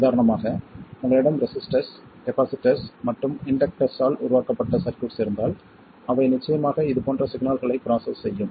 உதாரணமாக உங்களிடம் resistors capacitors மற்றும் இண்டக்டர்ஸ் ஆல் உருவாக்கப்பட்ட சர்க்யூட்ஸ் இருந்தால் அவை நிச்சயமாக இது போன்ற சிக்னல்களை ப்ராசஸ் செய்யும்